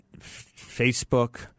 Facebook